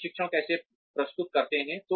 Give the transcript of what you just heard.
हम प्रशिक्षण कैसे प्रस्तुत करते हैं